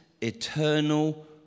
eternal